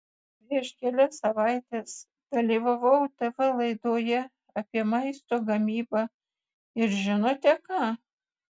prieš kelias savaites dalyvavau tv laidoje apie maisto gamybą ir žinote ką